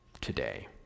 today